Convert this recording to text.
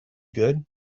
good